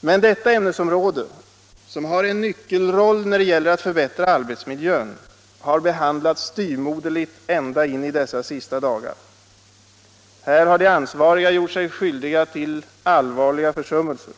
Men detta ämnesområde, som har en nyckelroll när det gäller att förbättra arbetsmiljön, har behandlats styvmoderligt ända in i dessa sista dagar. Här har de ansvariga gjort sig skyldiga till allvarliga försummelser.